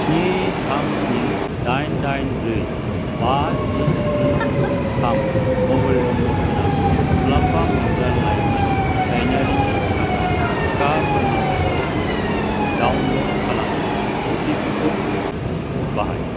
स्नि थाम स्नि दाइन दाइन ब्रै बा स्नि स्नि स्नि थाम मबाइल नम्बर गोनां मुलाम्फा मोनग्रा लाइमोन सायनारिनि थाखाय टिका फोरमानलाइखौ डाउनलड खालामनो अटिपि खौ बाहाय